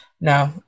No